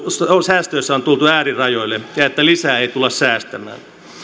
säästöissä on tultu äärirajoille ja ja että lisää ei tulla säästämään